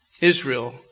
Israel